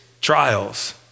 trials